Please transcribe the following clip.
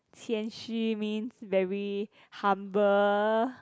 谦虚 means very humble